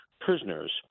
prisoners